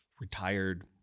retired